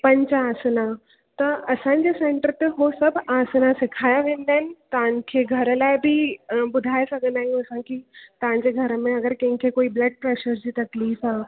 पंच आसना त असांजे सैंटर ते हो सभु आसना सिखाया वेंदा आहिनि तव्हांखे घर लाइ बि ॿुधाए सघंदा आहियूं असां की तव्हांजे घर में अगरि कंहिंखे कोई ब्लड प्रैशर जी तक़लीफ़ आहे